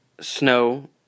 snow